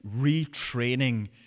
retraining